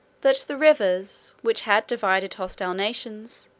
that the rivers, which had divided hostile nations,